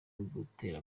gutera